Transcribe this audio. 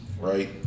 right